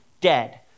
dead